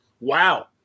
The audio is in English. Wow